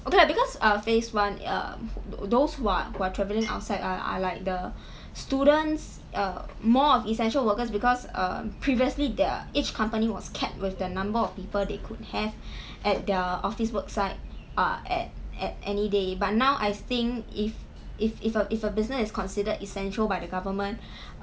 okay lah because uh phase one uh those who are who are travelling outside are are like the students err more of essential workers because err previously there are each company was capped with the number of people they could have at their office work site uh at at any day but now I think if if a if a business is considered essential by the government